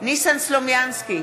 ניסן סלומינסקי,